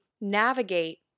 navigate